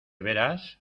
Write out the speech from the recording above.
veras